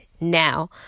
now